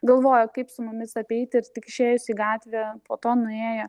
galvojo kaip su mumis apeiti ir tik išėjus į gatvę po to nuėję